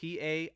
PA